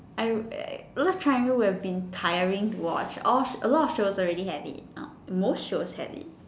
I love triangle would have been tiring to watch all a lot of shows have it now most shows have it